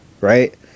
right